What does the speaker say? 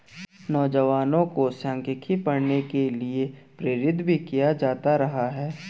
नौजवानों को सांख्यिकी पढ़ने के लिये प्रेरित भी किया जाता रहा है